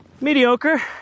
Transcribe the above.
Mediocre